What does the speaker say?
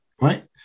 right